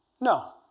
No